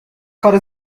کار